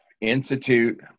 institute